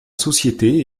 société